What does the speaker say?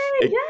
yes